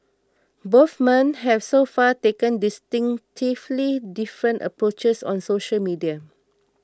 both men have so far taken distinctively different approaches on social media